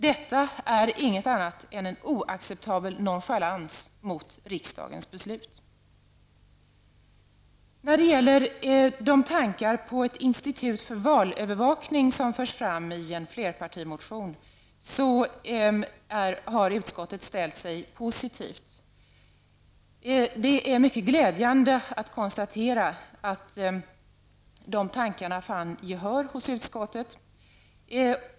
Detta är inget annat än en oacceptabel nonchalans mot riksdagens beslut. I en flerpartimotion förs det fram tankar på ett institut för valövervakning, och utskottet har ställt sig positivt till förslaget. Det är mycket glädjande att kunna konstatera att de tankarna fann gehör hos utskottet.